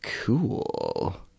Cool